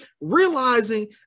realizing